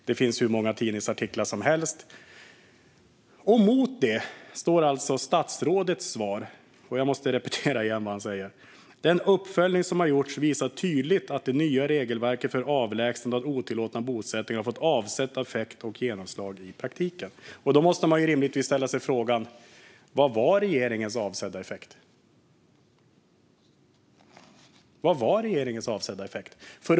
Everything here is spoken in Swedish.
Det finns hur många tidningsartiklar som helst. Mot det står alltså statsrådets svar, och jag måste upprepa vad han säger: "Den uppföljning som har gjorts visar tydligt att det nya regelverket för avlägsnande av otillåtna bosättningar har fått avsedd effekt och genomslag i praktiken." Man måste rimligtvis ställa sig frågan: Vad var regeringens avsedda effekt?